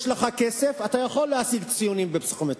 יש לך כסף, אתה יכול להשיג ציונים בפסיכומטרי.